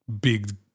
big